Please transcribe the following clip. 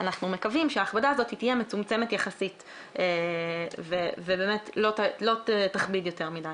אנחנו מקווים שההכבדה הזאת תהיה מצומצמת יחסית ובאמת לא תכביד יותר מדי.